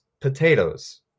potatoes